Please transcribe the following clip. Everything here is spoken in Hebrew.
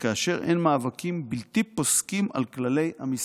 וכאשר אין מאבקים בלתי פוסקים על כללי המשחק.